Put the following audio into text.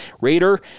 Raider